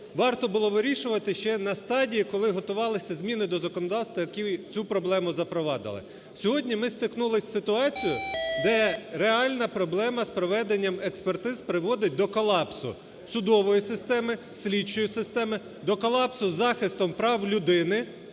варто було вирішувати ще на стадії, коли готувалися зміни до законодавства, які цю проблему запровадили. Сьогодні ми стикнулися з ситуацією, де реальна проблема з проведенням експертиз приводить до колапсу судової системи, слідчої системи, до колапсу з захистом прав людини,